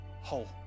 whole